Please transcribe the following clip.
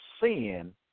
sin